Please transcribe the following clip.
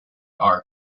our